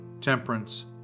temperance